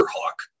hawk